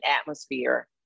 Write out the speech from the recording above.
atmosphere